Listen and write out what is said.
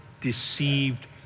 deceived